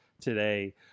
today